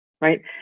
Right